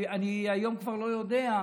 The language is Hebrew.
אני היום כבר לא יודע,